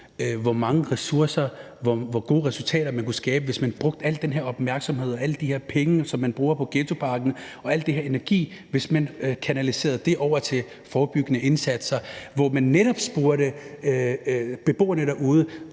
hvor mange ressourcer og hvor gode resultater, man kunne skabe, hvis man brugte al den her opmærksomhed, alle de her penge og al den energi, som man bruger på ghettopakken, og kanaliserede det over til forebyggende indsatser, hvor man netop spurgte beboerne derude,